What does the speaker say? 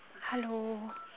hello